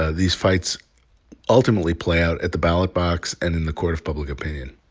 ah these fights ultimately play out at the ballot box and in the court of public opinion.